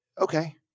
Okay